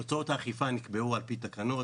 הוצאות האכיפה נקבעו על פי תקנות,